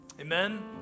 amen